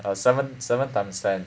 err seven seven times ten